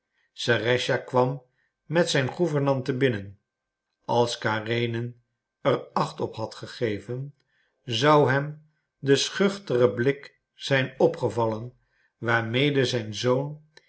serëscha kwam met zijn gouvernante binnen als karenin er acht op had gegeven zou hem de schuchtere blik zijn opgevallen waarmede zijn zoon